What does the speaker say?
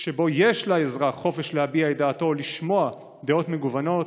שבו יש לאזרח חופש להביע את דעתו או לשמוע דעות מגוונות,